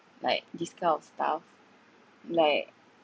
like this kind of stuff like